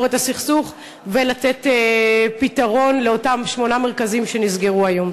את הסכסוך ולתת פתרון לאותם שמונה מרכזים שנסגרו היום.